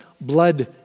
blood